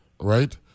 right